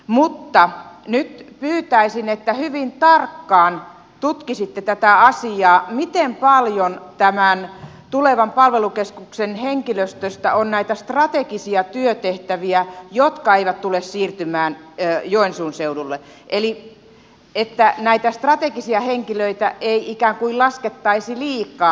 mutta nyt pyytäisin että hyvin tarkkaan tutkisitte tätä asiaa miten paljon tämän tulevan palvelukeskuksen henkilöstöstä on näitä strategisia työtehtäviä jotka eivät tule siirtymään joensuun seudulle eli että näitä strategisia henkilöitä ei ikään kuin laskettaisi liikaa